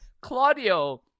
Claudio